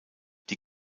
die